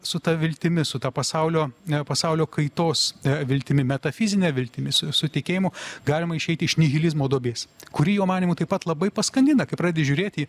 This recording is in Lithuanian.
su ta viltimi su ta pasaulio pasaulio kaitos viltimi metafizine viltimis su su tikėjimu galima išeiti iš nihilizmo duobės kuri jo manymu taip pat labai paskandina kai pradedi žiūrėti